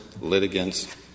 litigants